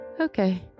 Okay